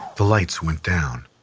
the lights went down.